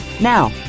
Now